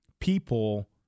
people